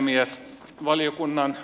arvoisa puhemies